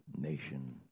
nation